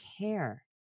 care